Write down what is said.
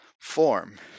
Form